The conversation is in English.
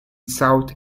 south